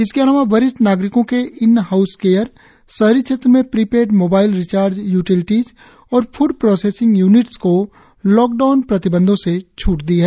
इसके अलावा वरिष्ठ नाग़रिकों के इन हाउस केयर शहरी क्षेत्र में प्रीपेड मोबाइल रिचार्ज यूटिलिटिज और फ्ड प्रोसेसिंग यूनिट्स को लॉकडाउन प्रतिबंधों से छूट दी है